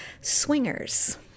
Swingers